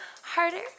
Harder